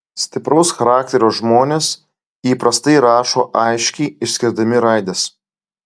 stipraus charakterio žmonės įprastai rašo aiškiai išskirdami raides